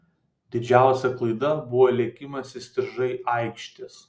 didžiausia klaida buvo lėkimas įstrižai aikštės